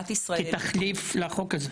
כתחליף לחוק הזה?